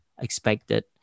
expected